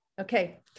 okay